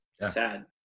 sad